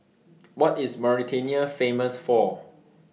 What IS Mauritania Famous For